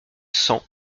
cent